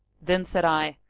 then said i,